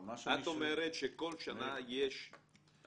את אומרת שכל שנה הפער